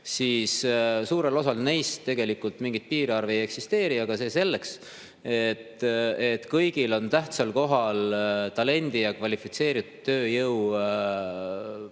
suurel osal neist tegelikult mingit piirarvu ei eksisteeri, aga see selleks. Kõigil on tähtsal kohal talendi ja kvalifitseeritud tööjõu poliitika